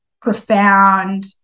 profound